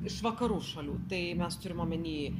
iš vakarų šalių tai mes turim omeny